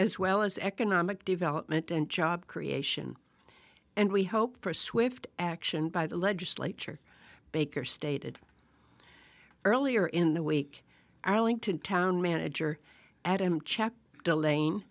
as well as economic development and job creation and we hope for swift action by the legislature baker stated earlier in the week arlington town manager adam check delaying